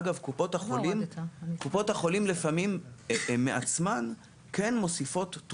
אגב, לפעמים קופות החולים כן מוסיפות בעצמן